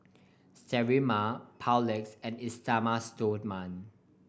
Sterimar Papulex and Esteem Stoma